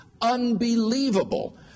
unbelievable